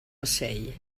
ocell